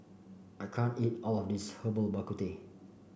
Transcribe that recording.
I can't eat all of this Herbal Bak Ku Teh